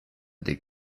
des